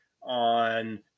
on